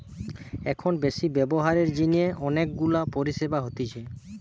এখন বেশি ব্যবহারের জিনে অনেক গুলা পরিষেবা হতিছে